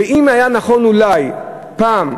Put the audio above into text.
ואם היה נכון אולי פעם,